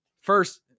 first